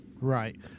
Right